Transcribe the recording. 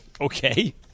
Okay